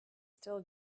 still